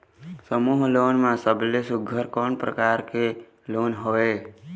समूह लोन मा सबले सुघ्घर कोन प्रकार के लोन हवेए?